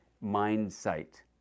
mind-sight